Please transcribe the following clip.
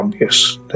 yes